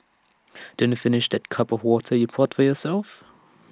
didn't finish that cup of water you poured for yourself